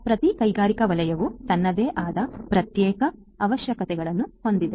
ಆದ್ದರಿಂದ ಪ್ರತಿ ಕೈಗಾರಿಕಾ ವಲಯವು ತನ್ನದೇ ಆದ ಪ್ರತ್ಯೇಕ ಅವಶ್ಯಕತೆಗಳನ್ನು ಹೊಂದಿದೆ